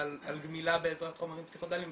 על גמילה בעזרת חומרים פסיכודליים,